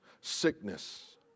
sickness